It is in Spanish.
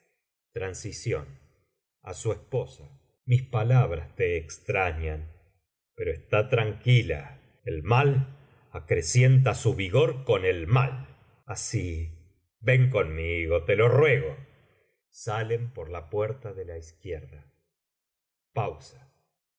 lanzan á su presa transición a su esposa mís palabras te extrañan pero está tranquila el mal acrecienta su vigor con el mal así ven conmigo te lo ruego salen por la puerta de la izquierda pausa escena iii se colocará en la derecha